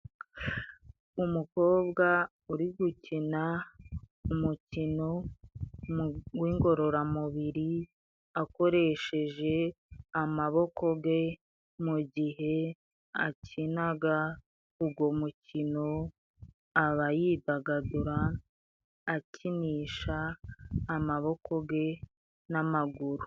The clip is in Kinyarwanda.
Umukobwa uri gukina umukino w'ingororamubiri akoresheje amaboko ge mu gihe akinaga ugo mukino aba yidagadura akinisha amaboko ge n'amaguru.